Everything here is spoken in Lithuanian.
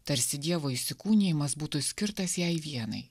tarsi dievo įsikūnijimas būtų skirtas jai vienai